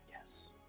Yes